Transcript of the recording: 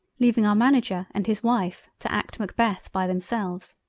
leaving our manager and his wife to act macbeth by themselves,